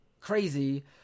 crazy